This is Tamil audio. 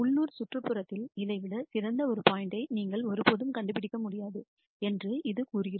உள்ளூர் சுற்றுப்புறத்தில் இதை விட சிறந்த ஒரு பாயிண்ட்யை நீங்கள் ஒருபோதும் கண்டுபிடிக்க முடியாது என்று இது கூறுகிறது